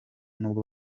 n’ubwo